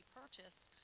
purchased